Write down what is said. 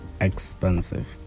expensive